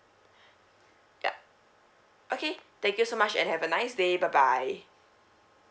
yup okay thank you so much and have a nice day bye bye